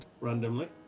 randomly